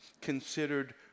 considered